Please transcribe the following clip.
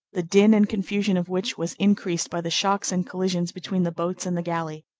the din and confusion of which was increased by the shocks and collisions between the boats and the galley.